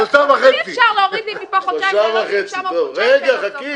אי-אפשר להוריד לי מפה חודשיים ומשם חודשיים --- חכי,